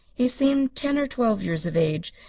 he seemed ten or twelve years of age,